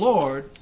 Lord